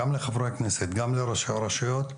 גם לחברי הכנסת וגם לראשי הרשויות,